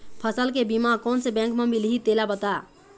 फसल के बीमा कोन से बैंक म मिलही तेला बता?